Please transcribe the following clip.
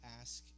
ask